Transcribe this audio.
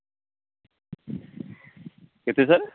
କେତେ ସାର୍